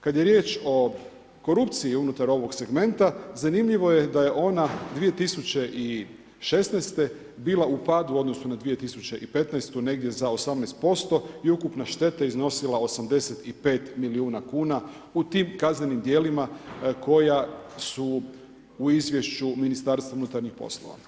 Kada je riječ o korupciji unutar ovog segmenta zanimljivo je da je ona 2016. bila u padu u odnosu na 2015. negdje za 18% i ukupna šteta je iznosila 85 milijuna kuna u tim kaznenim djelima koja su u izvješću Ministarstva unutarnjih poslova.